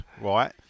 right